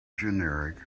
generic